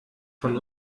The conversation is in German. von